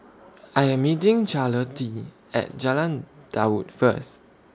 I Am meeting Charlottie At Jalan Daud First